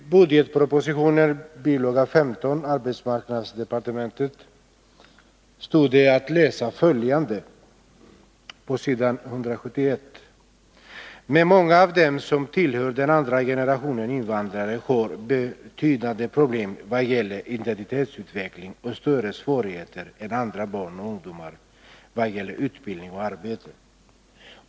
Herr talman! I budgetpropositionens bil. 15, arbetsmarknadsdepartementet, står på s. 171 stod följande att läsa: ”Men många av dem som tillhör den andra generationen invandrare har betydande problem vad gäller identitetsutvecklingen och större svårigheter än andra barn och ungdomar vad gäller utbildning och arbete.